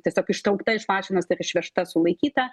tiesiog ištraukta iš mašinos ir išvežta sulaikyta